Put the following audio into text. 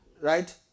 Right